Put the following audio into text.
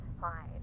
fine